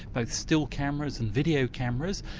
both still cameras and video cameras.